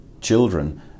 children